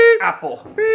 Apple